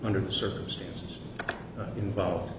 under the circumstances involved